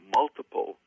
multiple